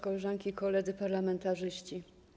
Koleżanki i Koledzy Parlamentarzyści!